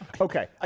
Okay